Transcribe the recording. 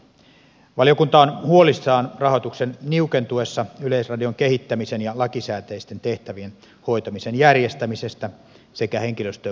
rahoituksen niukentuessa valiokunta on huolissaan yleisradion kehittämisen ja lakisääteisten tehtävien hoitamisen järjestämisestä sekä henkilöstöön kohdistuvista vaikutuksista